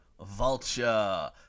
vulture